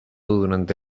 durante